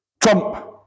Trump